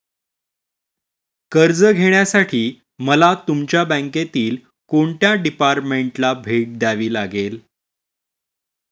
कर्ज घेण्यासाठी मला तुमच्या बँकेतील कोणत्या डिपार्टमेंटला भेट द्यावी लागेल?